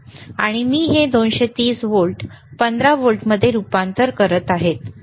आणि मी हे 230 व्होल्ट 15 व्होल्टमध्ये रूपांतरित करत आहे